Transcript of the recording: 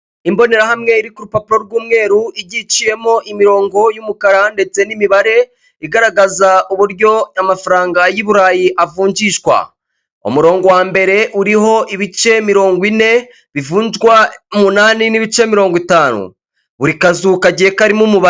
Imbonerahamwe iri ku rupapuro rw'umweru igiye iciyemo imirongo y'umukara ndetse n'imibare igaragaza uburyo amafaranga y'i burayi avunjishwa, umurongo wa mbere uriho ibice mirongo ine bivunjwa umunani n'ibice mirongo itanu, buri kazu kagiye karimo umubare.